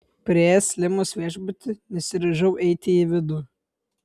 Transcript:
priėjęs limos viešbutį nesiryžau eiti į vidų